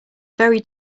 very